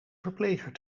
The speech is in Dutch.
verpleger